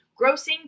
grossing